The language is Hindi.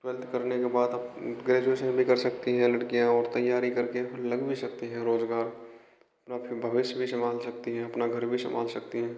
ट्वेल्थ करने के बाद अब ग्रैजुएशन भी कर सकती हैं लड़कियाँ और तैयारी करके फिर लग भी सकती हैं रोज़गार अपना फिर भविष भी सम्भाल सकती हैं अपना घर भी सम्भाल सकती हैं